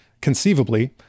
conceivably